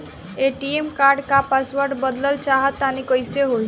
ATM card क password बदलल चाहा तानि कइसे होई?